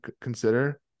consider